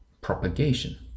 propagation